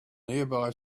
nearby